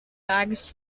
bags